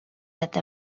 that